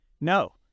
no